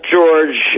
George